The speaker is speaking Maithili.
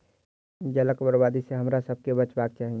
जलक बर्बादी सॅ हमरासभ के बचबाक चाही